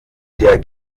der